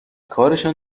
کارشان